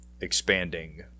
expanding